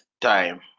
time